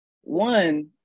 One